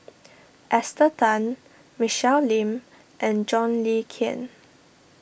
Esther Tan Michelle Lim and John Le Cain